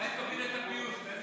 איציק שמולי להציג עמדה נוספת בשם